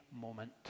moment